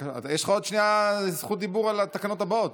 יש לך עוד שנייה זכות דיבור על התקנות הבאות.